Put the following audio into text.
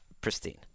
pristine